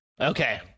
Okay